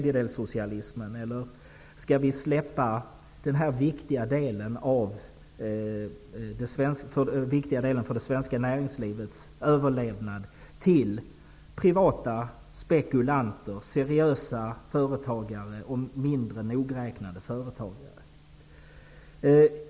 Eller skall vi släppa denna viktiga del för det svenska näringslivets överlevnad till privata spekulanter och mindre nogräknade företagare?